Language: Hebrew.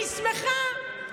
אני שמחה.